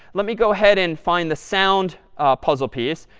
let me go ahead and find the sound puzzle piece.